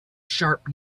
sharp